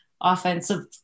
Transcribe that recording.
offensive